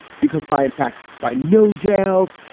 because by in fact, by no jails,